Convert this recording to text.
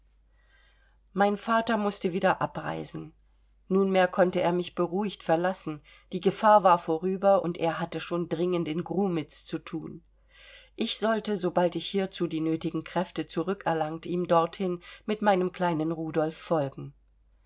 mein vater mußte wieder abreisen nunmehr konnte er mich beruhigt verlassen die gefahr war vorüber und er hatte schon dringend in grumitz zu thun ich sollte sobald ich hierzu die nötigen kräfte zurückerlangt ihm dorthin mit meinem kleinen rudolf folgen